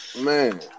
Man